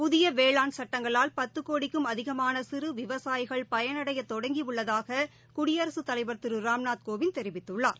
புதிய வேளாண் சுட்டங்களால் பத்து கோடிக்கும் அதிகமான சிறு விவசாயிகள் பயனடைய தொடங்கியுள்ளதாக குடியரசுத் தலைவர் தலைவர் திரு ராம்நாத்கோவிந்த் தெரிவித்துள்ளார்